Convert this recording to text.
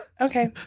Okay